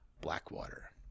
Blackwater